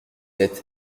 êtes